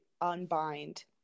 unbind